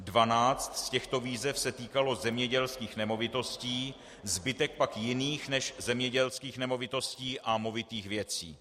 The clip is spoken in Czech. Dvanáct z těchto výzev se týkalo zemědělských nemovitostí, zbytek pak jiných než zemědělských nemovitostí a movitých věcí.